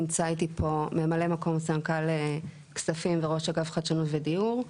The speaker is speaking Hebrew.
נמצא איתי פה ממלא מקום סמנכ"ל כספים וראש אגף חדשנות ודיור,